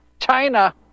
China